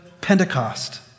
Pentecost